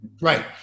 Right